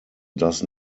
does